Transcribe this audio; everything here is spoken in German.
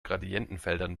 gradientenfeldern